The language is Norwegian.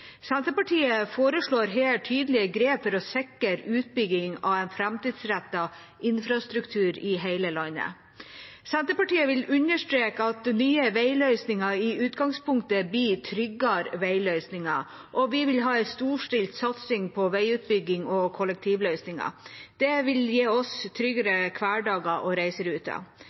Senterpartiet foreslår her tydelige grep for å sikre utbygging av en framtidsrettet infrastruktur i hele landet. Senterpartiet vil understreke at nye veiløsninger i utgangspunktet blir tryggere veiløsninger, og vi vil ha en storstilt satsing på veiutbygging og kollektivløsninger. Det vil gi oss tryggere hverdager og reiseruter.